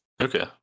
Okay